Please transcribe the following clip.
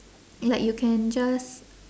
like you can just